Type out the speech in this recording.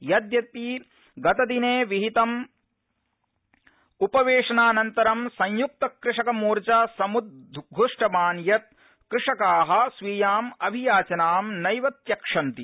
यद्यपि गतदिने विहितं उपवेशनानन्तरं संयुक्त कृषक मोर्चा समुद्घष्टवान् यत् कृषका स्वीयां अभियाचनां नैव त्यक्ष्यन्ति